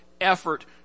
effort